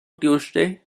tuesday